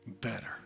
better